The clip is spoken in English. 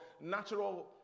natural